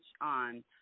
on